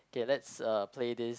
k let's uh play this